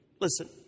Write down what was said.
listen